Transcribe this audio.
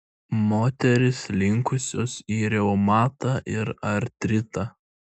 moterys linkusios į reumatą ir artritą